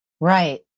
Right